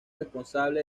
responsable